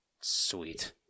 Sweet